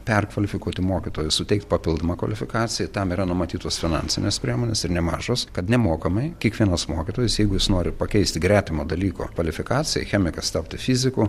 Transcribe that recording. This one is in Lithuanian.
perkvalifikuoti mokytojus suteikt papildomą kvalifikaciją tam yra numatytos finansinės priemonės ir nemažos kad nemokamai kiekvienas mokytojas jeigu jis nori pakeisti gretimo dalyko kvalifikaciją chemikas tapti fiziku